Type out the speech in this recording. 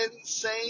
insane